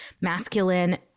masculine